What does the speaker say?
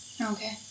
Okay